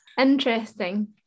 Interesting